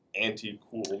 anti-cool